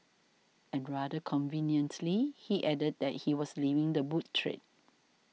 and rather conveniently he added that he was leaving the book trade